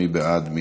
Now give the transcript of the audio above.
מי בעד?